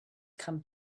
come